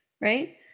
right